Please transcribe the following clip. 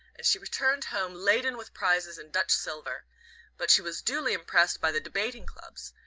and she returned home laden with prizes in dutch silver but she was duly impressed by the debating clubs,